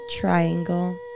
Triangle